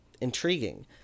intriguing